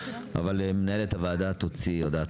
מנהלת הוועדה תוציא הודעה.